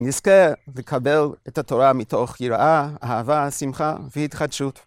נזכר ונקבל את התורה מתוך ייראה, אהבה, שמחה והתחדשות.